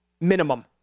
minimum